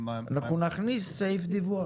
אנחנו נכניס סעיף דיווח.